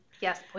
Yes